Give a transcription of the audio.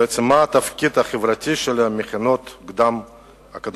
בעצם, מה התפקיד החברתי של המכינות הקדם-אקדמיות?